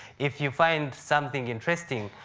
if you find something interesting,